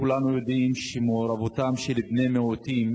כולנו יודעים שמעורבותם של בני מיעוטים